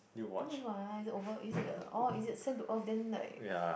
then what is it over is it a orh is it uh send to earth then like